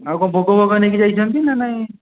ଆଉ କ'ଣ ଭୋଗ ଭୋଗ ନେଇକି ଯାଇଛନ୍ତି ନା ନାହିଁ